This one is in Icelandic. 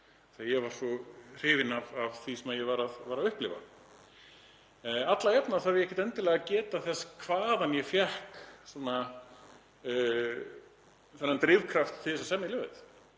að ég var svo hrifinn af því sem ég var að upplifa. Alla jafna þarf ég ekkert endilega geta þess hvaðan ég fékk þennan drifkraft til þess að semja ljóðið.